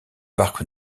parc